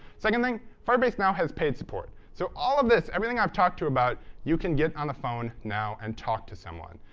second thing, firebase now has paid support. so all of this everything i've talked to you about you can get on the phone now and talk to someone.